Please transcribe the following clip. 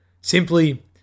simply